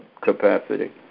capacity